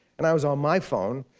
and i was on my phone,